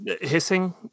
Hissing